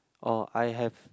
oh I have